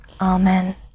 Amen